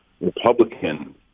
Republican